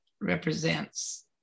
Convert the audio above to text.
represents